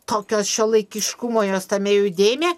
tokio šiuolaikiškumo jos tame judėjime